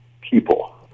people